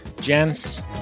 gents